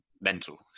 mental